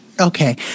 Okay